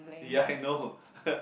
ya I know